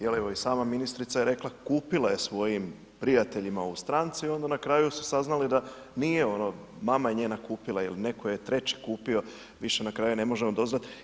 Jer evo i sama ministrica je rekla, kupila je svojim prijateljima u stranci, onda na kraju su saznali da nije ono, mama je njena kupila ili netko treći je kupio, više na kraju na možemo doznati.